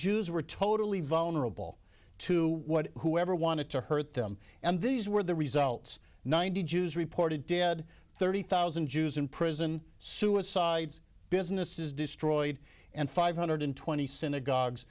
jews were totally vulnerable to what whoever wanted to hurt them and these were the results ninety jews reported dead thirty thousand jews in prison suicides businesses destroyed and five hundred twenty synagogues